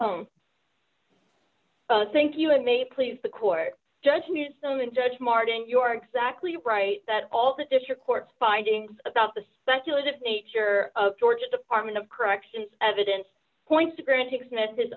you thank you it may please the court judge me assuming judge martin your exactly right that all the district court findings about the speculative nature of georgia department of corrections evidence points to grant